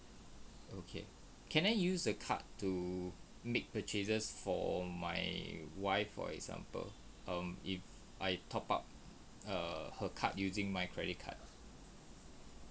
okay can I use the card to make purchases for my wife for example um if I top up err her card using my credit card